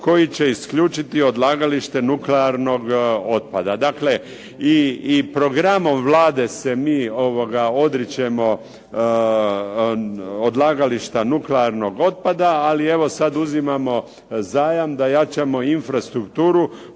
koji će isključiti odlagalište nuklearnog otpada. Dakle, i programom Vlade se mi odričemo odlagališta nuklearnog otpada, ali evo sad uzimamo zajam da jačamo infrastrukturu